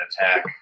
attack